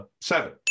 seven